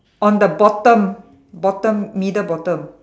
on the bottom bottom middle bottom